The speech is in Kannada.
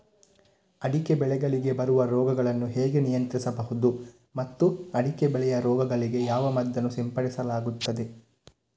ಅಡಿಕೆ ಬೆಳೆಗಳಿಗೆ ಬರುವ ರೋಗಗಳನ್ನು ಹೇಗೆ ನಿಯಂತ್ರಿಸಬಹುದು ಮತ್ತು ಅಡಿಕೆ ಬೆಳೆಯ ರೋಗಗಳಿಗೆ ಯಾವ ಮದ್ದನ್ನು ಸಿಂಪಡಿಸಲಾಗುತ್ತದೆ?